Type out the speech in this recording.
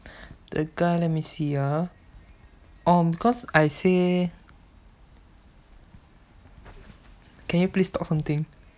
the guy let me see ah orh because I say can you please talk something